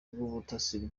rw’ubutasi